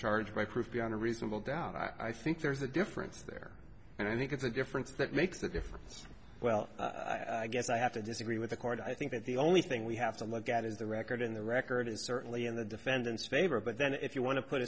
charge my proof beyond a reasonable doubt i i think there's a difference there and i think it's a difference that makes that difference well i guess i have to disagree with the court i think that the only thing we have to look at is the record in the record and certainly in the defendant's favor but then if you wan